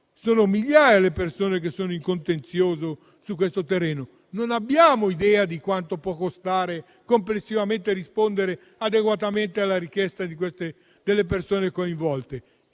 sono migliaia le persone che sono in contenzioso su questo terreno. Non abbiamo idea di quanto possa costare e rispondere adeguatamente alla richiesta delle persone coinvolte,